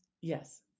Yes